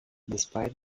despite